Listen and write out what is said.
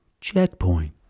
checkpoint